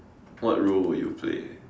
what role will you play